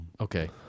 Okay